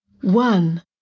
one